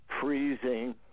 freezing